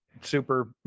super